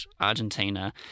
Argentina